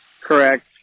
Correct